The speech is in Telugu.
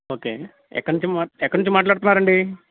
ఓకే ఎక్కడ్నుంచి మాట్ ఎక్కడ్నుంచి మాట్లాడుతున్నారండీ